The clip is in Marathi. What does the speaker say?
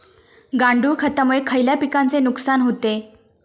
गांडूळ खतामुळे खयल्या पिकांचे नुकसान होते?